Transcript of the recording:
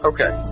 Okay